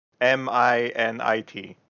M-I-N-I-T